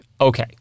Okay